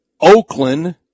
Oakland